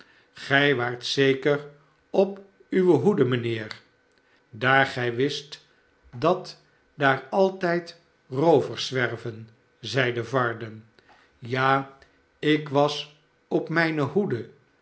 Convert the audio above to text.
gij waart zeker op uwe hoede mijnheer daar gij wist dat daar altijd roovers zwerven zeide varden ja ik was op mijne hoede